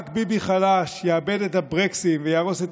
רק ביבי חלש יאבד את הברקסים ויהרוס את